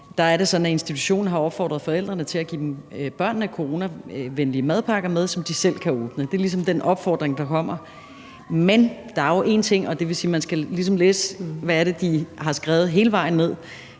institutionen har opfordret forældrene til at give børnene coronavenlige madpakker med, som de selv kan åbne. Det er ligesom den opfordring, der kommer, men det er jo én ting, og det vil sige, at